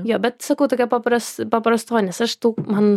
jo bet sakau tokia papras paprasta nes aš tų man